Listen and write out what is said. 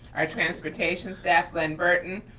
our transportation staff, glenn burton,